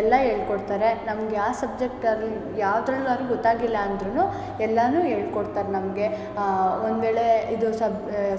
ಎಲ್ಲ ಹೇಳ್ಕೊಡ್ತಾರೆ ನಮ್ಗೆ ಯಾವ ಸಬ್ಜೆಕ್ಟಲ್ಲಿ ಯಾವುದ್ರಲ್ಲಾದ್ರು ಗೊತ್ತಾಗಿಲ್ಲ ಅಂದ್ರೂ ಎಲ್ಲಾ ಹೇಳ್ಕೊಡ್ತಾರೆ ನಮಗೆ ಒಂದು ವೇಳೆ ಇದು ಸಬ್